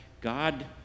God